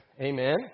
Amen